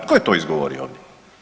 Tko je to izgovorio ovdje?